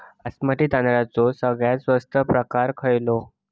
बासमती तांदळाचो सगळ्यात स्वस्त प्रकार खयलो?